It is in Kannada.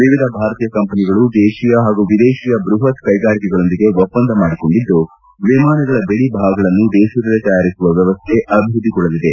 ವಿವಿಧ ಭಾರತೀಯ ಕಂಪನಿಗಳು ದೇಶಿಯ ಹಾಗೂ ವಿದೇಶಿಯ ಬೃಹತ್ ಕೈಗಾರಿಕೆಗಳೊಂದಿಗೆ ಒಪ್ಪಂದ ಮಾಡಿಕೊಂಡಿದ್ದು ವಿಮಾನಗಳ ಬಿಡಿ ಭಾಗಗಳನ್ನು ದೇತದಲ್ಲೇ ತಯಾರಿಸುವ ವ್ಯವಸ್ಥೆ ಅಭಿವೃದ್ಧಿಗೊಳ್ಳಲಿದೆ